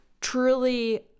truly